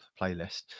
playlist